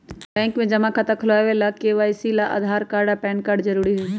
bank में जमा खाता खुलावे ला के.वाइ.सी ला आधार कार्ड आ पैन कार्ड जरूरी हई